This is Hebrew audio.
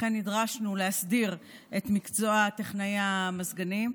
ולכן נדרשנו להסדיר את מקצוע טכנאי המזגנים.